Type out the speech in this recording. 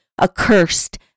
accursed